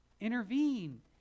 intervene